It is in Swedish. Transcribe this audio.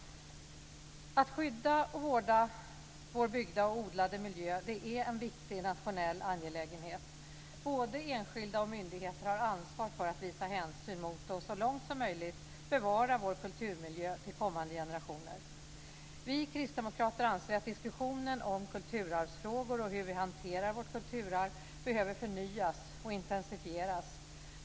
Att skydda och vårda vår byggda och odlade miljö är en viktig nationell angelägenhet. Både enskilda och myndigheter har ansvar för att visa hänsyn mot och så långt som möjligt bevara vår kulturmiljö till kommande generationer. Vi kristdemokrater anser att diskussionen om kulturarvsfrågor och hur vi hanterar vårt kulturarv behöver förnyas och intensifieras.